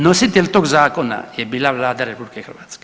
Nositelj tog zakona je bila Vlada RH.